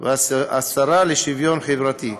והשרה לשוויון חברתי.